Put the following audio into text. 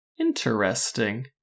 Interesting